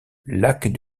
lac